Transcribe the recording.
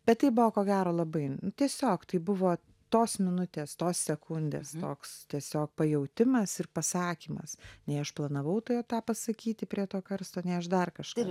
bet tai buvo ko gero labai tiesiog tai buvo tos minutės tos sekundės toks tiesiog pajautimas ir pasakymas nei aš planavau tai jau tą pasakyti prie to karsto nei aš dar kažkaip